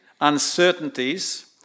uncertainties